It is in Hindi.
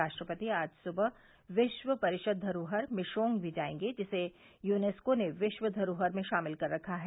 राष्ट्रपति आज सुबह विश्व परिषद धरोहर मिशोंग भी जाएंगे जिसे यूनेस्को ने विश्व धरोहर में शामिल कर रखा है